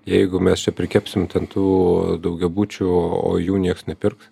jeigu mes čia prikepsim ten tų daugiabučių o jų nieks nepirks